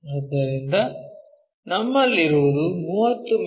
ಆದ್ದರಿಂದ ನಮ್ಮಲ್ಲಿರುವುದು 30 ಮಿ